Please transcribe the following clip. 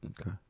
Okay